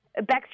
Backstreet